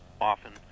Often